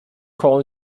crawl